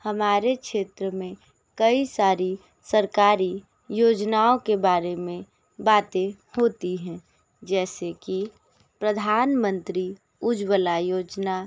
हमारे क्षेत्र में कई सारी सरकारी योजनाओं के बारे में बातें होती हैं जैसे कि प्रधानमंत्री उज्वला योजना